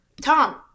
Tom